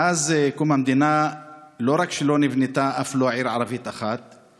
מאז קום המדינה לא רק שלא נבנתה אף לא עיר ערבית אחת,